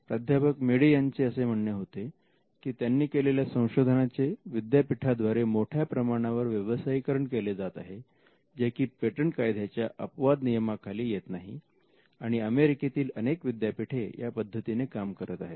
प्राध्यापक मेडी यांचे असे म्हणणे होते की त्यांनी केलेल्या संशोधनाचे विद्यापीठाद्वारे मोठ्या प्रमाणावर व्यवसायीकरण केले जात आहे जे की पेटंट कायद्याच्या अपवाद नियमाखाली येत नाही आणि अमेरिकेतील अनेक विद्यापीठे या पद्धतीने काम करत आहे